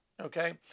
Okay